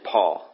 Paul